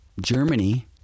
Germany